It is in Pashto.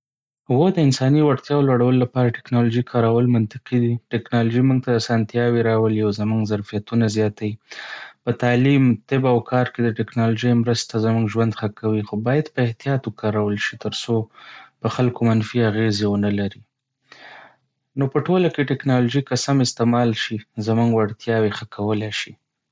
هو، د انساني وړتیاوو لوړولو لپاره ټیکنالوژي کارول منطقي دي. ټیکنالوژي موږ ته اسانتیاوې راولي او زموږ ظرفیتونه زیاتوي. په تعلیم، طب، او کار کې د ټیکنالوژۍ مرسته زموږ ژوند ښه کوي. خو باید په احتیاط وکارول شي ترڅو پر خلکو منفي اغېزې ونلري. نو په ټوله کې، ټیکنالوژي که سم استعمال شي، زموږ وړتیاوې ښه کولی شي.